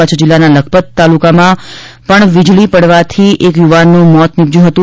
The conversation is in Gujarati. કચ્છ જિલ્લાના લખપત તુલાકના કોટડા ગામમાં વીજળી પડવાથી એક યુવાનનું મોત નિપજ્યું હતું